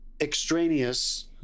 extraneous